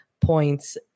points